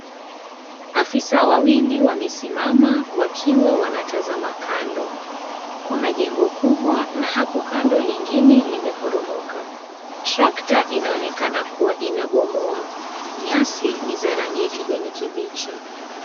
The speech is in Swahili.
Afisa wawili wamesimama wakiwa wametazama kando, kuna jengo kubwa na hapo kando lingine limeporomoka, tractor inaonekana kuwa inabomoa, nyasi ni za rangi ya kijani kibichi.